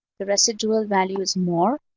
the residual value is more,